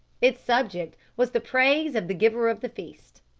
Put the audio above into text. its subject was the praise of the giver of the feast.